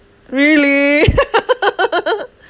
really